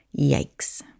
Yikes